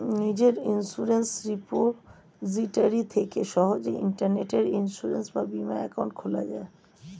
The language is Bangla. নিজের ইন্সুরেন্স রিপোজিটরি থেকে সহজেই ইন্টারনেটে ইন্সুরেন্স বা বীমা অ্যাকাউন্ট খোলা যায়